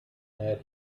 that